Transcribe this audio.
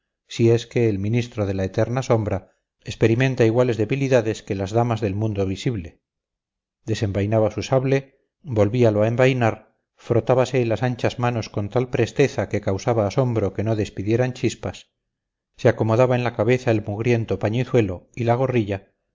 si es que el ministro de la eterna sombra experimenta iguales debilidades que las damas del mundo visible desenvainaba su sable volvíalo a envainar frotábase las anchas manos con tal presteza que causaba asombro que no despidieran chispas se acomodaba en la cabeza el mugriento pañizuelo y la gorrilla